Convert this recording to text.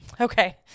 Okay